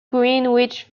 greenwich